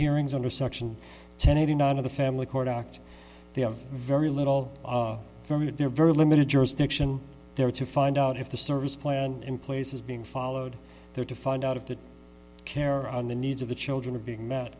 hearings under section ten eighty nine of the family court act they have very little firm and they're very limited jurisdiction there to find out if the service plan in place is being followed there to find out of the care of the needs of the children are being met